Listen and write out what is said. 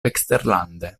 eksterlande